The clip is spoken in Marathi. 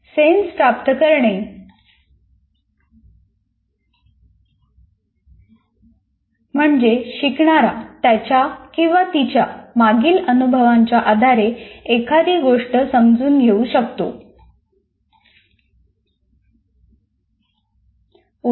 सेन्स प्राप्त करणे म्हणजे शिकणारा त्याच्या तिच्या मागील अनुभवाच्या आधारे एखादी गोष्ट समजून घेऊ शकतो